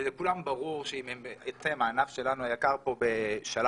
ולכולם ברור שהענף היקר שלנו לא ייפתח לפני